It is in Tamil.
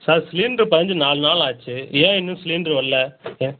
சார் சிலிண்ட்ரு பதிஞ்சு நாலு நாள் ஆச்சு ஏன் இன்னும் சிலிண்ட்ரு வரல ஏன்